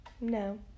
No